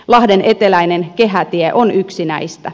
lahden eteläinen kehätie on yksi näistä